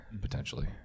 potentially